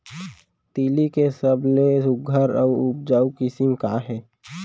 तिलि के सबले सुघ्घर अऊ उपजाऊ किसिम का हे?